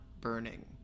burning